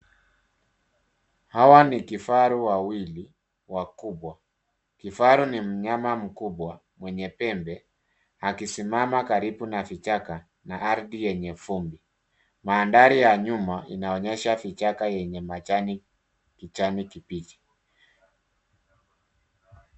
Hawa ni kifaru wawili wakubwa. Kifaru ni mnyama mkubwa mwenye pembe akisimama karibu na vichaka na ardhi yenye vumbi. Mandhari ya nyuma inaonyesha vichaka yenye majani ya kijani kibichi.